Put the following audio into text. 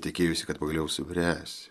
tikėjosi kad pagaliau subręs